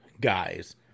guys